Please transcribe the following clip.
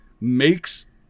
makes